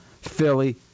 Philly